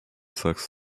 sacks